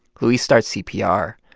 luis starts cpr.